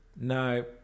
No